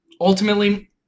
ultimately